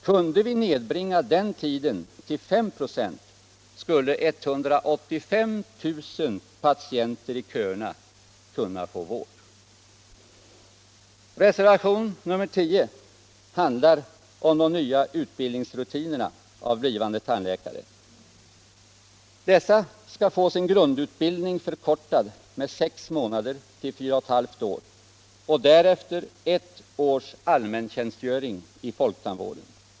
Kunde vi nedbringa den tiden till 5 96 skulle 185 000 patienter i köerna kunna få vård. Reservation 10 handlar om de nya utbildningsrutinerna för blivande tandläkare. Dessa skall få sin grundutbildning förkortad med sex månader till 4 1/2 år och därefter ha ett års allmäntjänstgöring i folktandvården.